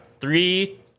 Three